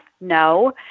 no